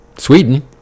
Sweden